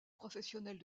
professionnelles